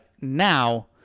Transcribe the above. now